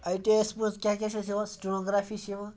I T I s منٛز کیٛاہ کیٛاہ چھِ اَسہِ یِوان سِٹِنوگرٛافی چھِ یِوان